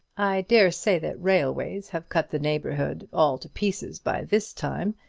i dare say that railways have cut the neighbourhood all to pieces by this time,